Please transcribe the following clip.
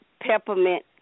peppermint